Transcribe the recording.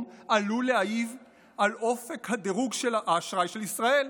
עלול להעיב על אופק דירוג האשראי של ישראל.